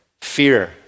fear